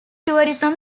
tourism